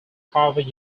harvard